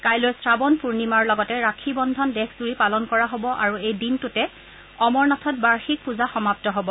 কাইলৈ শ্ৰাৱন পূৰ্ণিমাৰ লগতে ৰাখী বন্ধন দেশজূৰি পালন কৰা হব আৰু এই দিনটোতে অমৰনাথত বাৰ্ষিক পুজা সমাপ্ত হব